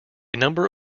number